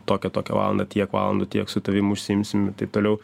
tokią tokią valandą tiek valandų tiek su tavimi užsiimsim ir taip toliau